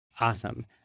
Awesome